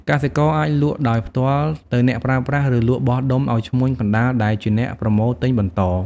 កសិករអាចលក់ដោយផ្ទាល់ទៅអ្នកប្រើប្រាស់ ឬលក់បោះដុំឱ្យឈ្មួញកណ្ដាលដែលជាអ្នកប្រមូលទិញបន្ត។